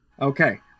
Okay